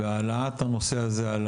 והעלאת הנושא הזה על